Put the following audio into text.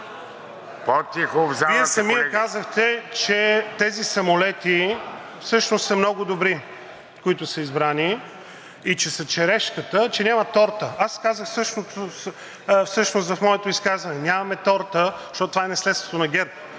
по-тихо в залата. НАСТИМИР АНАНИЕВ: Вие самият казахте, че тези самолети всъщност са много добри, които са избрани, и че са черешката, че няма торта. Аз всъщност казах същото в моето изказване – нямаме торта, защото това е наследството на ГЕРБ,